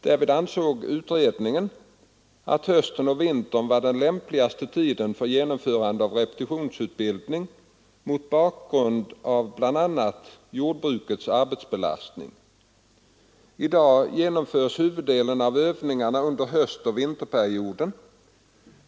Därvid ansåg utredningen att hösten och vintern var den lämpligaste tiden för genomförande av repetitionsutbildning mot bakgrund av bl.a. jordbrukets arbetsbelastning. I dag genomförs huvuddelen av övningarna under höstoch vinterperioderna.